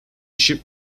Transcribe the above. ship